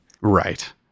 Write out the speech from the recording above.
Right